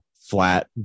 flat